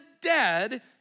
dead